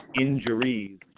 injuries